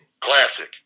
Classic